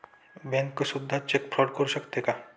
Bank सुद्धा check fraud करू शकते का?